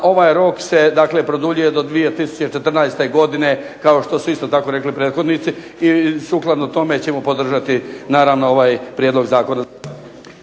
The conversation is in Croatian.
ovaj rok se produljuje do 2014. godine, kao što su isto tako rekli prethodnici i sukladno tome ćemo podržati naravno ovaj prijedlog zakona.